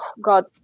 god